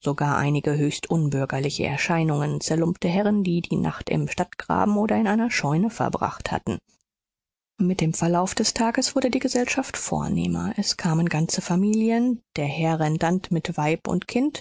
sogar einige höchst unbürgerliche erscheinungen zerlumpte herren die die nacht im stadtgraben oder in einer scheune verbracht hatten mit dem verlauf des tages wurde die gesellschaft vornehmer es kamen ganze familien der herr rendant mit weib und kind